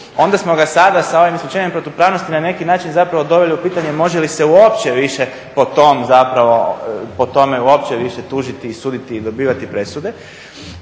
onda smo ga sada sa ovim isključenjem protupravnosti na neki način zapravo doveli u pitanje može li se uopće više po tom zapravo, po tome uopće više tužiti i suditi i dobivati presude.